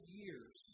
years